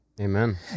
Amen